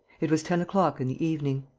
it was ten o'clock in the evening.